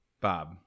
Bob